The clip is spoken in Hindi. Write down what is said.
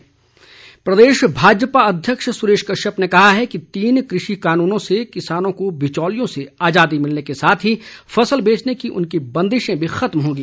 सुरेश कश्यप प्रदेश भाजपा अध्यक्ष सुरेश कश्यप ने कहा है कि तीन कृषि कानूनों से किसानों को बिचौलियों से आजादी मिलने के साथ ही फसल बेचने की बंदिशें भी खत्म होंगी